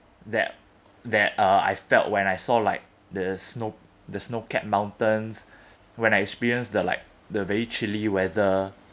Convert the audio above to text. that that uh I felt when I saw like the snow the snow capped mountains when I experienced the like the very chilly weather